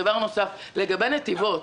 לגבי נתיבות,